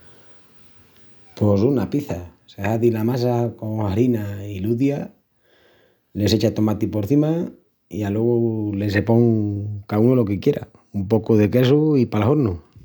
Pos una piça. Se hazi la massa con harina i ludia. Le s'echa tomati porcima i alogu le se pon caúnu lo que quiera. Un pocu de quesu i pal hornu.